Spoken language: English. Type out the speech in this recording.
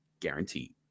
guaranteed